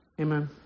Amen